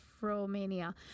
Romania